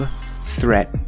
threat